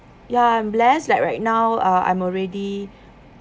ya I'm blessed like right now uh I'm already